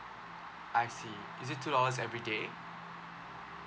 I see is it two dollars everyday